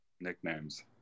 nicknames